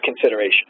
consideration